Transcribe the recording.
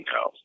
no